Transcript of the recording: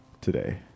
Today